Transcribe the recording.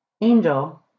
Angel